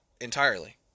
entirely